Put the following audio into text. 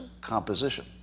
composition